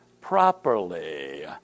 properly